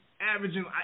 averaging